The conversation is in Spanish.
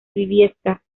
briviesca